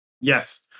yes